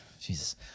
Jesus